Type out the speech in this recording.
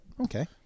okay